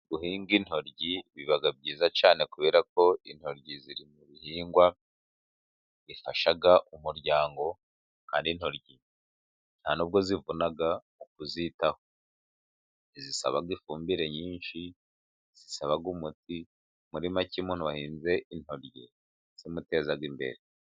Guhinga intoryi biba byiza cyane kubera ko intoryi ziri mu bihingwa bifasha umuryango. Kandi intoryi nta n'ubwo zivuna mu kuzitaho. Ntizisaba ifumbire nyinshi, ntizisaba umuti. Muri make umuntu wahinze intoryi zimuteza imbere.